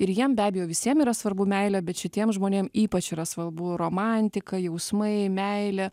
ir jiem be abejo visiem yra svarbu meilė bet šitiem žmonėm ypač yra svabu romantika jausmai meilė